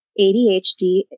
ADHD